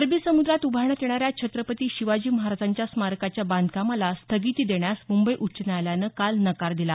अरबी समुद्रात उभारण्यात येणाऱ्या छत्रपती शिवाजी महाराजांच्या स्मारकाच्या बांधकामाला स्थगिती देण्यास मुंबई उच्च न्यायालयानं काल नकार दिला